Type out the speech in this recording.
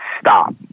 stop